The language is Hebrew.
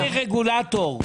סדר גודל של 270